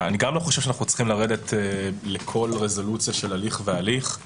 אני גם לא חושב שאנחנו צריכים לרדת לכל רזולוציה של הליך והליך.